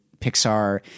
Pixar